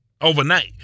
overnight